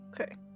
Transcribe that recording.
Okay